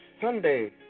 Sunday